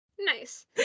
Nice